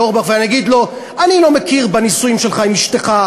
אורבך ואני אגיד לו: אני לא מכיר בנישואים שלך עם אשתך,